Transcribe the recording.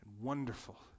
wonderful